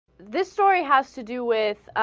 this story has to do with ah.